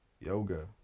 yoga